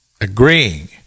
agreeing